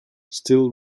still